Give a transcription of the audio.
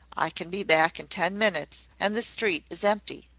i can be back in ten minutes, and the street is empty.